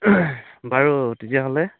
বাৰু তেতিয়াহ'লে